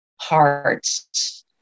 hearts